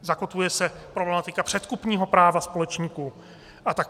Zakotvuje se problematika předkupního práva společníků, a tak podobně.